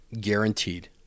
guaranteed